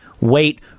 wait